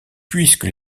puisque